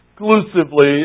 exclusively